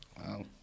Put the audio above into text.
Wow